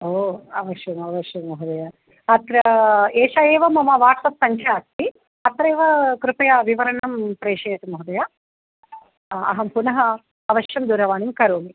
ओ अवश्यम् अवश्यं महोदय अत्र एषा एव मम वाट्सप् संख्या अस्ति अत्रैव कृपया विवरणं प्रेषयतु महोदय अहं पुनः अवश्यं दूरवाणीं करोमि